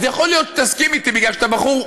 אז יכול להיות שתסכים אתי מפני שאתה בחור,